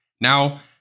Now